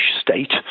state